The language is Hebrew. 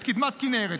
את קדמת כנרת,